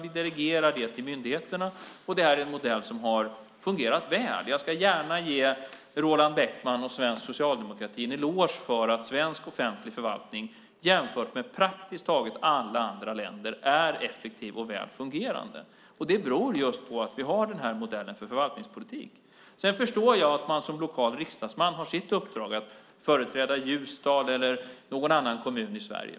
Vi delegerar det till myndigheterna, och det är en modell som har fungerat väl. Jag ska gärna ge Roland Bäckman och svensk socialdemokrati en eloge för att svensk offentlig förvaltning, jämfört med praktiskt taget alla andra länder, är effektiv och välfungerande. Det beror på att vi har den här modellen för förvaltningspolitik. Sedan förstår jag att man som riksdagsman som företräder det lokala har som sitt uppdrag att företräda Ljusdal eller någon annan kommun i Sverige.